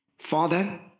Father